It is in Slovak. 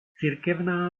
cirkevná